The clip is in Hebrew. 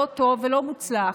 לא טוב ולא מוצלח.